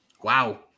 Wow